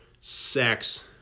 sex